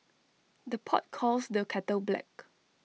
the pot calls the kettle black